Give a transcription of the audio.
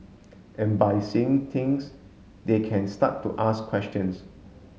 and by seeing things they can start to ask questions